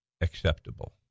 acceptable